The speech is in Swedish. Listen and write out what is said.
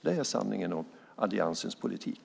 Det är sanningen om alliansens politik.